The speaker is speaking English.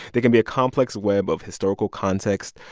it can be a complex web of historical context,